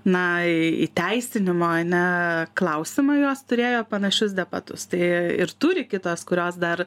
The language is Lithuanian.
na į įteisinimo ane klausimą jos turėjo panašius depatus tai ir turi kitos kurios dar